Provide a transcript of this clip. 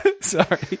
Sorry